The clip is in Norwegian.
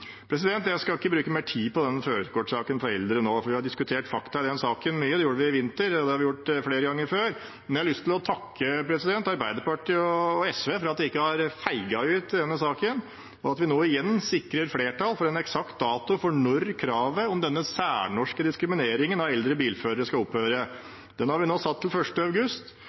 Jeg skal ikke bruke mer tid på den førerkortsaken for eldre nå, for vi har diskutert fakta i den saken mye. Det gjorde vi i vinter, og det har vi gjort flere ganger før. Men jeg har lyst til å takke Arbeiderpartiet og SV for at de ikke har «feiget ut» i denne saken, og at vi nå igjen sikrer flertall for en eksakt dato for når kravet om denne særnorske diskrimineringen av eldre bilførere skal opphøre. Den har vi nå satt til 1. august,